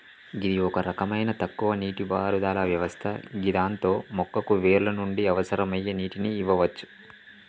గిది ఒక రకమైన తక్కువ నీటిపారుదల వ్యవస్థ గిదాంతో మొక్కకు వేర్ల నుండి అవసరమయ్యే నీటిని ఇయ్యవచ్చు